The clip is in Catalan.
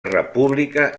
república